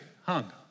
hung